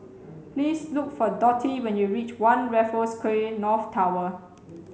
please look for Dotty when you reach One Raffles Quay North Tower